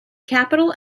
capital